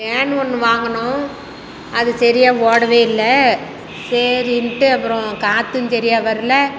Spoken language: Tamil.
ஃபேன் ஒன்று வாங்கினோம் அது சரியா ஓடவே இல்லை சரின்ட்டு அப்புறம் காற்றும் சரியா வரல